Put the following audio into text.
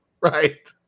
Right